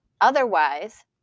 Otherwise